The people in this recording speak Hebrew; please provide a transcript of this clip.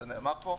זה נאמר פה.